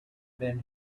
been